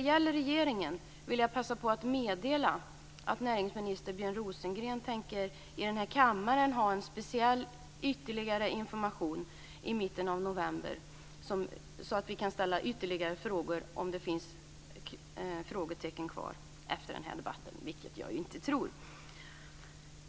gäller regeringen vill jag passa på att meddela att näringsminister Björn Rosengren planerar att i den här kammaren ha en speciell ytterligare information i mitten av november, så att vi kan ställa ytterligare frågor, om det finns frågetecken kvar efter den här debatten, vilket jag inte tror.